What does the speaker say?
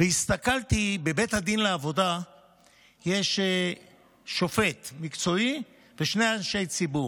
בבית הדין לעבודה יש שופט מקצועי ושני אנשי ציבור: